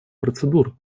процедур